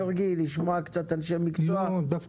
שלא לדבר על הרכבות לנגב שלמרות שעבר הגל החמישי